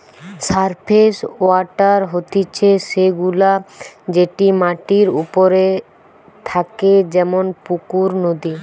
surface water হতিছে সে গুলা যেটি মাটির ওপরে থাকে যেমন পুকুর, নদী